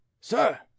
Sir